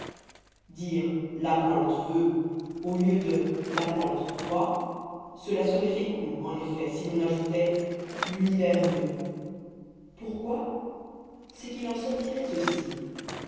dire la plante veut au lieu de la plante croît cela serait fécond en effet si l'on ajoutait l'univers veut pourquoi c'est qu'il en sortirait ceci